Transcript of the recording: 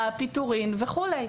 כמו השעיה פיטורין וכו.